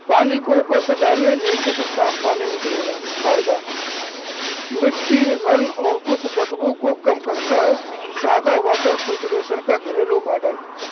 پانی کو اوپر سے ڈالنے نیچے سے صاف پانی نکلے گا فائدہ مٹی رنگ اور کچھ بدبو کو کم کرتا ہے سادہ واٹر فلٹریشن کا گھریلو ماڈل